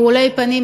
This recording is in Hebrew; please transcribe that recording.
רעולי פנים,